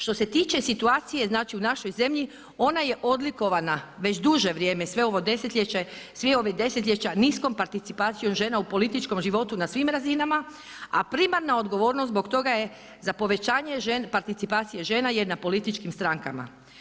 Što se tiče situacije znači u našoj zemlji ona je odlikovana već duže vrijeme sve ovo desetljeće, svih ovih desetljeća niskom participacijom žena u političkom životu na svim razinama, a primarna odgovornost zbog toga je za povećanje participacije žena je na političkim strankama.